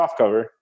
softcover